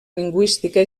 lingüística